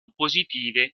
positive